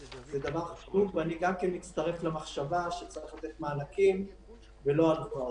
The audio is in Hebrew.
ואני גם מצטרף למחשבה שצריך לתת מענקים ולא הלוואות.